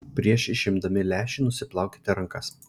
prieš išimdami lęšį nusiplaukite rankas